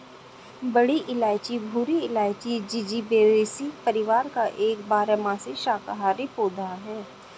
बड़ी इलायची भूरी इलायची, जिंजिबेरेसी परिवार का एक बारहमासी शाकाहारी पौधा है